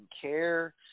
care